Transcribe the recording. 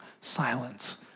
silence